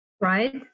right